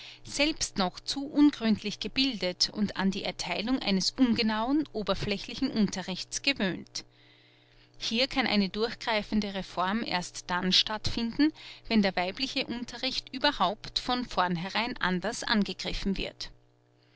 selbst noch zu ungründlich gebildet und an die ertheilung eines ungenauen oberflächlichen unterrichts gewöhnt hier kann eine durchgreifende reform erst dann stattfinden wenn der weibliche unterricht überhaupt von vorn herein anders angegriffen wird